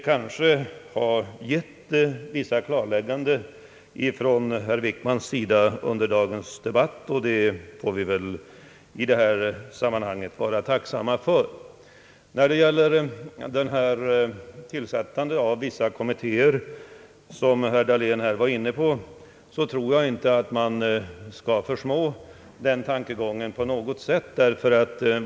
Emellertid har det gjorts vissa klarlägganden under dagens debatt, och det får vi vara tacksamma för, Vad beträffar tillsättandet av kommittéer, som herr Dahlén var inne på, så tror jag inte att man bör försmå den tanken.